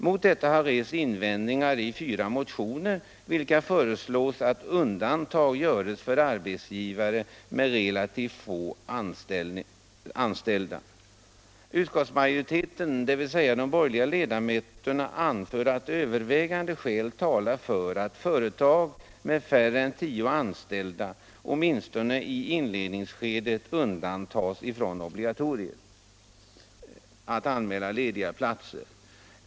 Mot detta har rests invändningar i fyra motioner i vilka föreslås att undantag görs för arbetsgivare med relativt få anställda. Utskottsmajoriteten. dvs. de borgerliga ledamöterna, anför att övervägande skäl talar för att företag med färre än tio anställda åtminstone i inledningsskedet undantas från obligatoriet.